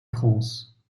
france